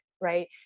right